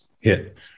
hit